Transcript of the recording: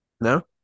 No